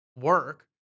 work